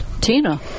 Tina